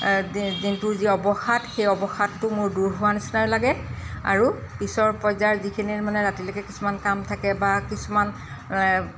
দিনটোৰ যি অৱসাদ সেই অৱসাদটো মোৰ দূৰ হোৱা নিচিনাই লাগে আৰু পিছৰ পৰ্য্য়ায়ত যিখিনি মানে ৰাতিলৈকে কিছুমান কাম থাকে বা কিছুমান